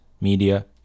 media